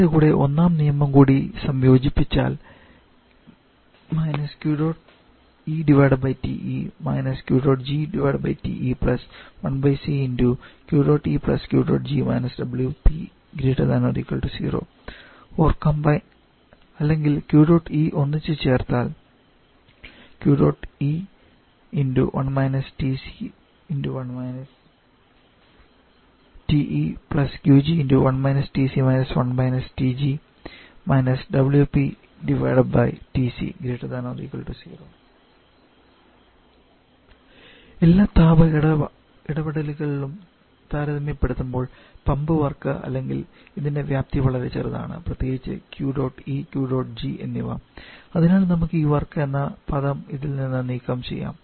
ഇതിൻറെ കൂടെ ഒന്നാം നിയമം കൂടി സംയോജിപ്പിച്ചാൽ അല്ലെങ്കിൽ Q dot E ഒന്നിച്ച് ചേർത്താൽ എല്ലാ താപ ഇടപെടലുകളുമായും താരതമ്യപ്പെടുത്തുമ്പോൾ പമ്പ് വർക്ക് അല്ലെങ്കിൽ ഇതിന്റെ വ്യാപ്തി വളരെ ചെറുതാണ് പ്രത്യേകിച്ച് Q dot E Q dot G എന്നിവ അതിനാൽ നമുക്ക് ഈ വർക്ക് എന്ന പദം ഇതിൽ നിന്ന് നീക്കംചെയ്യാം